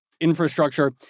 infrastructure